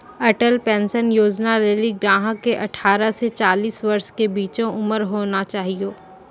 Atal pension Yojana लेली ग्राहक के अठारह से चालीस वर्ष के बीचो उमर होना चाहियो